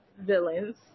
villains